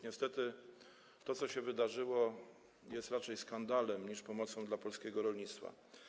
Niestety to, co się wydarzyło, jest raczej skandalem niż pomocą dla polskiego rolnictwa.